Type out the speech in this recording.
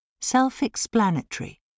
Self-explanatory